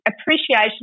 appreciation